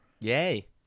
yay